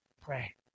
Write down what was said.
pray